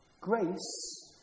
Grace